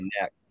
neck